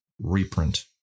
reprint